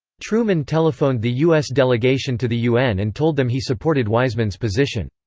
truman telephoned the us delegation to the un and told them he supported weizmann's position.